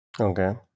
Okay